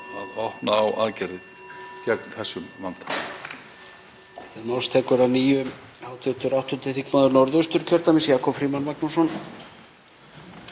að opna á aðgerðir gegn þessum vanda.